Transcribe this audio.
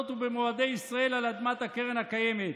ובמועדי ישראל על אדמת הקרן הקיימת.